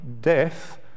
death